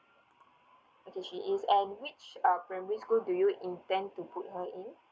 okay she is and which uh primary school do you intend to put her in